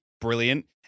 Brilliant